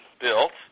built